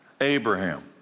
Abraham